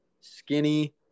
skinny